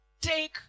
Take